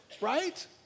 right